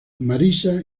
marisa